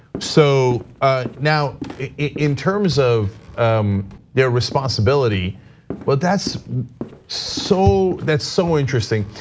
so ah now in terms of their responsibility but that's so that's so interesting.